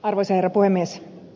arvoisa herra puhemies